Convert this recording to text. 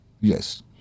Yes